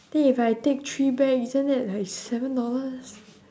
then if I take three back isn't that like seven dollars